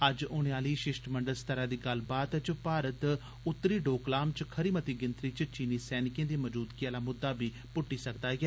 अज्ज होने आली शिश्टमंडल स्तरै दी गल्लबात च भारत उत्तरी डोकलाम च खरी मती गिनतरी च चीनी सैनिकें दी मजूदगी आला मुद्दा पुट्टी सकदा ऐ